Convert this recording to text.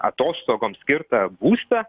atostogoms skirtą būstą